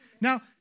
Now